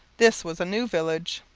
this was a new village,